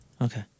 Okay